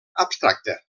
abstracte